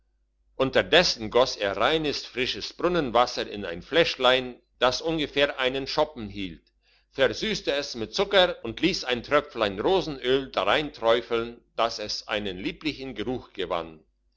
unterdessen goss er reines frisches brunnenwasser in ein fläschlein das ungefähr einen schoppen hielt versüsste es mit zucker und liess ein tröpflein rosenöl darein träufeln dass es einen lieblichen geruch gewann